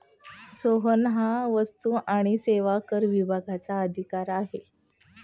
सोहन हा वस्तू आणि सेवा कर विभागाचा अधिकारी आहे